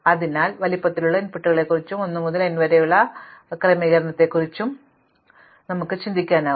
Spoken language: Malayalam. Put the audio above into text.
അതിനാൽ വലുപ്പത്തിലുള്ള ഇൻപുട്ടുകളെക്കുറിച്ചും 1 മുതൽ n വരെയുള്ള പുനർ ക്രമപ്പെടുത്തലുകളായോ 1 മുതൽ n വരെയുള്ള ക്രമമാറ്റങ്ങളെക്കുറിച്ചോ നമുക്ക് ചിന്തിക്കാനാകും